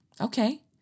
Okay